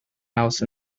house